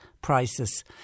prices